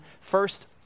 first